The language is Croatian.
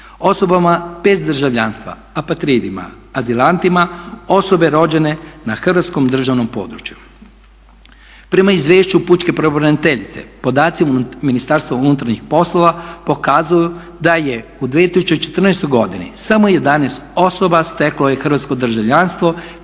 osobama bez državljanstva, apatridima, azilantima, osobe rođene na hrvatskom državnom području. Prema izvješću pučke pravobraniteljice podaci MUP-a pokazuju da je u 2014.godini samo 11 osoba steklo hrvatsko državljanstvo